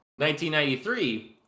1993